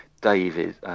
David